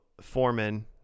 foreman